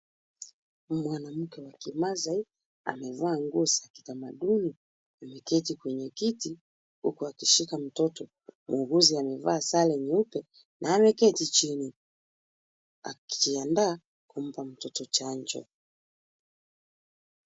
Ni mwanamke wa kimasai amevaa nguo za kitamaduni. Ameketi kwenye kiti, huku akishika mtoto. Muuguzi amevalia sare nyeupe na ameketi chini, akiandaa kumpa mtoto chanjo.